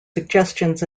suggestions